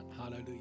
Hallelujah